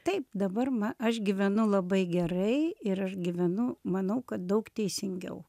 taip dabar ma aš gyvenu labai gerai ir aš gyvenu manau kad daug teisingiau